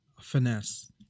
finesse